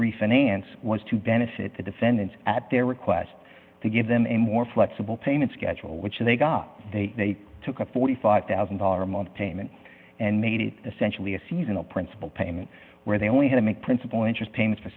refinance was to benefit the defendants at their request to give them a more flexible payment schedule which they got they took a forty five thousand dollars a month payment and made it essentially a seasonal principal payment where they only had to make principal interest payments for